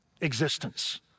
existence